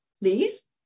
please